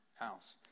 house